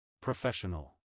Professional